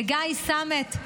לגיא סמט,